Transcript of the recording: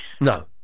No